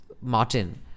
Martin